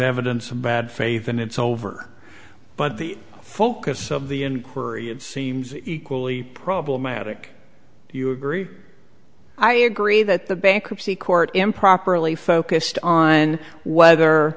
evidence of bad faith and it's over but the focus of the inquiry it seems equally problematic you agree i agree that the bankruptcy court improperly focused on whether